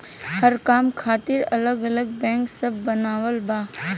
हर काम खातिर अलग अलग बैंक सब बनावल बा